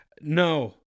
no